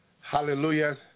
hallelujah